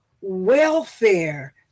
welfare